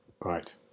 right